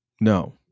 No